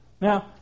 Now